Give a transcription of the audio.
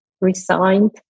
resigned